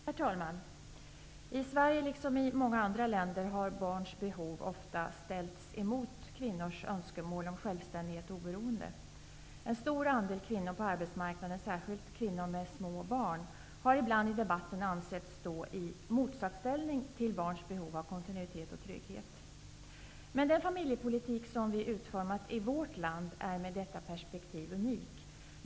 Herr talman! I Sverige, liksom i många andra länder, har barns behov ofta ställts emot kvinnors önskemål om självständighet och oberoende. En stor andel kvinnor på arbetsmarknaden, särskilt kvinnor med små barn, har ibland i debatten ansetts stå i motsatsställning till barns behov av kontinuitet och trygghet. Men den familjepolitik som vi utformat i vårt land är med detta perspektiv unik.